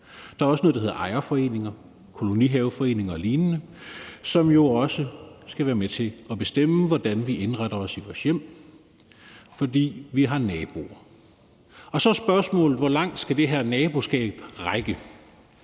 Der er også noget, der hedder ejerforeninger, kolonihaveforeninger og lignende, som jo også skal være med til at bestemme, hvordan vi indretter os i vores hjem. For vi har naboer. Så er der spørgsmålet om, hvor langt det her naboskab skal